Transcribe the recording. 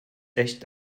echt